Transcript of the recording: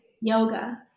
yoga